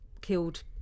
killed